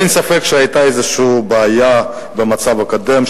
אין ספק שהיתה איזושהי בעיה במצב הקודם,